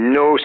no